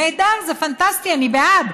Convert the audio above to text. נהדר, זה פנטסטי, אני בעד.